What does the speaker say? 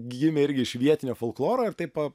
gimė irgi iš vietinio folkloro ir taip